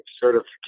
certification